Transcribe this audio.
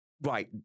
right